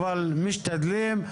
אבל משתדלים,